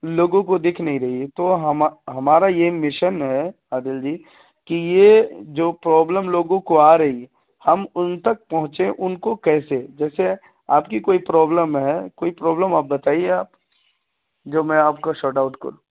لوگوں کو دکھ نہیں رہی ہے تو ہما ہمارا یہ مشن ہے عادل جی کہ یہ جو پرابلم لوگوں کو آ رہی ہے ہم ان تک پہنچیں ان کو کیسے جیسے آپ کی کوئی پرابلم ہے کوئی پرابلم آپ بتائیے آپ جو میں آپ کا شارٹ آؤٹ کروں